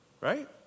Right